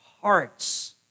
hearts